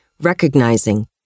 recognizing